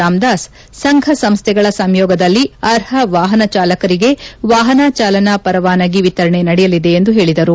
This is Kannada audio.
ರಾಮದಾಸ್ ಸಂಘ ಸಂಸ್ಥೆಗಳ ಸಂಯೋಗದಲ್ಲಿ ಅರ್ಹ ವಾಪನ ಚಾಲಕರಿಗೆ ವಾಪನ ಚಾಲನಾ ಪರವಾನಗಿ ವಿತರಣೆ ನಡೆಯಲಿದೆ ಎಂದು ಹೇಳಿದರು